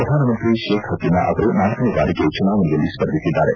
ಪ್ರಧಾನಮಂತ್ರಿ ಶೇಕ್ ಹಸೀನಾ ಅವರು ನಾಲ್ಲನೇ ಬಾರಿಗೆ ಚುನಾವಣೆಯಲ್ಲಿ ಸ್ಪರ್ಧಿಸಿದ್ದಾರೆ